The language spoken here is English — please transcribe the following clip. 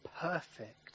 perfect